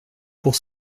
pour